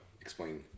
explain